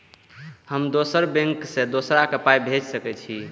हम दोसर बैंक से दोसरा के पाय भेज सके छी?